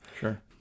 Sure